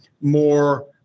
more